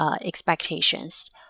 expectations